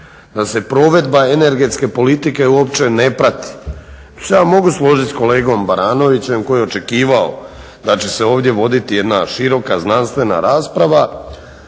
da se provedba energetske politike uopće ne prati, tu se ja mogu složiti sa kolegom Baranovićem koje je očekivao da će se ovdje voditi jedna široka, znanstvena rasprava